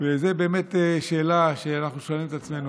וזו באמת שאלה שאנחנו שואלים את עצמנו,